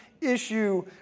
issue